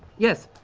yes.